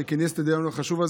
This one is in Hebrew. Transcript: שכינס את הדיון החשוב,